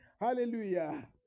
Hallelujah